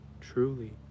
truly